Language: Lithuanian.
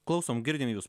klausom girdim jus